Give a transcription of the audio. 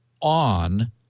on